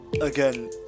again